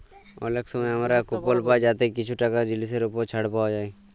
অলেক সময় আমরা কুপল পায় যাতে কিছু টাকা জিলিসের উপর ছাড় পাউয়া যায়